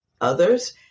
others